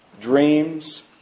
dreams